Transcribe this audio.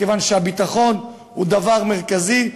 מכיוון שהביטחון הוא דבר מרכזי.